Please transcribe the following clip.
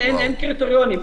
אין קריטריונים.